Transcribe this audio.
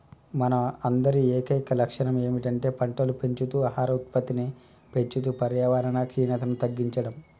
మన అందరి ఏకైక లక్షణం ఏమిటంటే పంటలు పెంచుతూ ఆహార ఉత్పత్తిని పెంచుతూ పర్యావరణ క్షీణతను తగ్గించడం